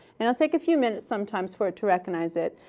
it will take a few minutes sometimes for it to recognize it,